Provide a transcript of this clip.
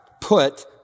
put